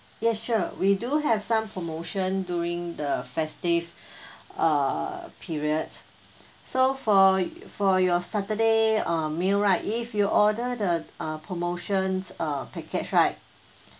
yes sure we do have some promotion during the festive uh period so for yo~ for your saturday uh meal right if you order the uh promotions uh package right